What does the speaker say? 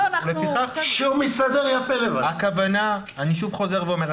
אני שוב חוזר ואומר.